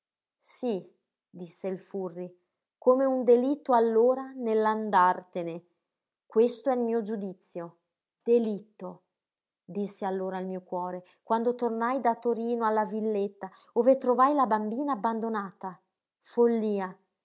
sí disse il furri come un delitto allora nell'andartene questo è il mio giudizio delitto disse allora il mio cuore quando tornai da torino alla villetta ove trovai la bambina abbandonata follia